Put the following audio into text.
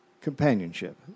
companionship